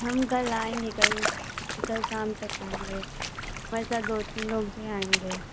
हम कल आएंगे कल कल शाम तक आएंगे हमारे साथ दो तीन लोग भी आएंगे